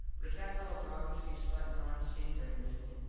but if that fello broggins keeps buttin round sing for him mable.